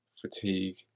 fatigue